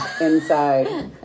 inside